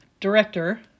Director